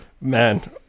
Man